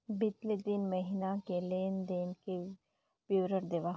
बितले तीन महीना के लेन देन के विवरण देवा?